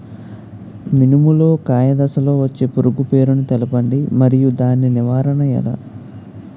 మినుము లో కాయ దశలో వచ్చే పురుగు పేరును తెలపండి? మరియు దాని నివారణ ఎలా?